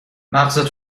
مغزت